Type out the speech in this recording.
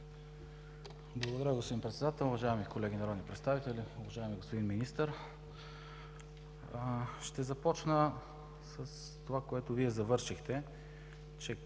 Благодаря, господин Председател. Уважаеми колеги народни представители, уважаеми господин Министър! Ще започна с това, с което Вие завършихте – че